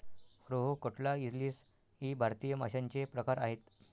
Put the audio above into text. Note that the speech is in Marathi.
रोहू, कटला, इलीस इ भारतीय माशांचे प्रकार आहेत